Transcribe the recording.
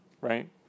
right